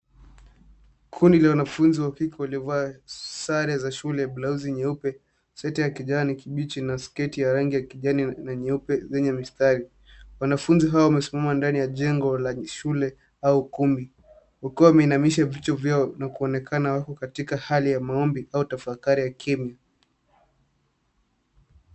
Kundi la wanafunzi wa kike Walio vaa sare za shule blauzi nyeupe, sweta ya kijani kibichi na sketi ya rangi ya kijani na nyeupe yenye mistari. Wanafunzi hao wamesimama ndani ya jengo la shule au ukumbi wakiwa ameinamisha vichwa vyao na kuonekana wako katika hali ya maombi au tafakari ya kimya.